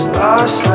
lost